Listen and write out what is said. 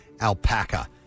alpaca